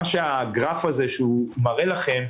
הגרף הזה מראה לכם,